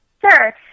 Sure